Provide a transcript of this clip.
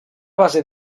base